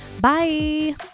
bye